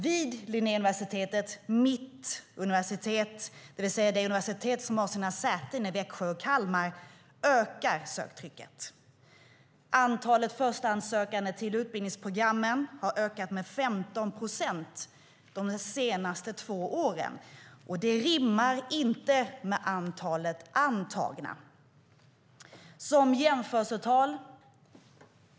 Vid Linnéuniversitet, mitt universitet, det vill säga det universitet som har sina säten i Växjö och Kalmar, ökar söktrycket. Antalet förstahandssökande till utbildningsprogrammen har ökat med 15 procent de senaste två åren, och det rimmar inte med antalet antagna.